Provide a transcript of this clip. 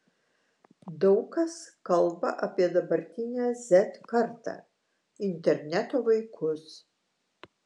daug kas kalba apie dabartinę z kartą interneto vaikus